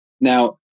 Now